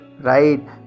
right